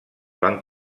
van